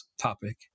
topic